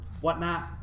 whatnot